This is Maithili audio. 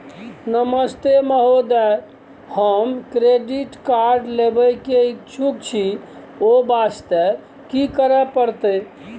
नमस्ते महोदय, हम क्रेडिट कार्ड लेबे के इच्छुक छि ओ वास्ते की करै परतै?